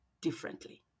differently